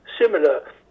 similar